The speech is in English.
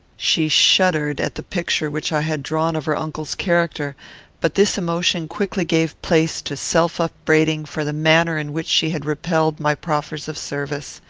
she shuddered at the picture which i had drawn of her uncle's character but this emotion quickly gave place to self-upbraiding for the manner in which she had repelled my proffers of service.